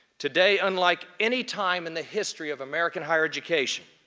today, unlike any time in the history of american higher education,